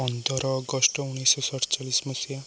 ପନ୍ଦର ଅଗଷ୍ଟ ଉଣେଇଶହ ସତଚାଳିଶ ମସିହା